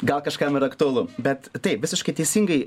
gal kažkam yra aktualu bet taip visiškai teisingai